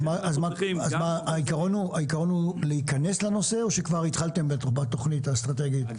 אז העיקרון הוא להיכנס לנושא או שכבר התחלתם בתוכנית האסטרטגית?